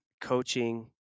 coaching